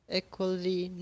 equally